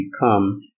become